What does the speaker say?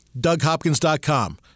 DougHopkins.com